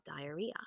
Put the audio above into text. diarrhea